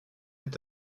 est